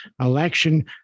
election